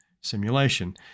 simulation